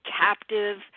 captive